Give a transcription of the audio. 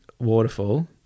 waterfall